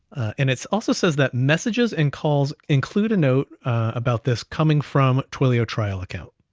and it's also says that messages, and calls include a note about this coming from twilio trial account.